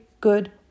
good